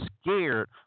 scared